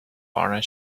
honor